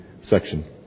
section